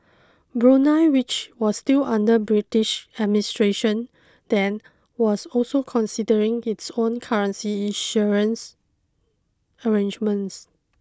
Brunei which was still under British administration then was also considering its own currency issuance arrangements